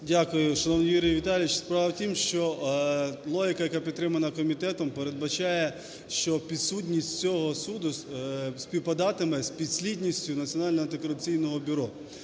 Дякую, шановний Юрій Віталійович. Справа в тім, логіка, яка підтримана комітетом, передбачає, що підсудність цього суду співпадатиме з підслідністю Національного антикорупційного бюро,